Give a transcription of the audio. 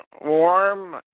warm